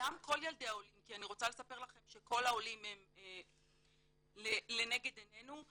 אמנם כל ילדי העולים כי אני רוצה לספר לכם שכל העולם לנגד עינינו,